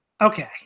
Okay